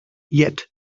yet